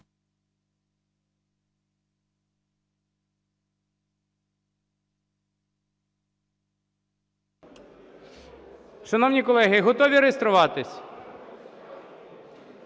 Шановні колеги, готові реєструватись?